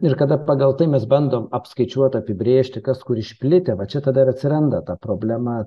ir kada pagal tai mes bandom apskaičiuot apibrėžti kas kur išplitę va čia tada ir atsiranda ta problema